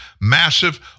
massive